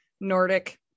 Nordic